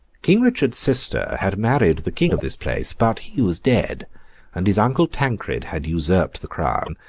king richard's sister had married the king of this place, but he was dead and his uncle tancred had usurped the crown,